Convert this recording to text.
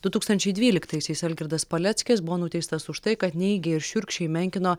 du tūkstančiai dvyliktaisiais algirdas paleckis buvo nuteistas už tai kad neigė ir šiurkščiai menkino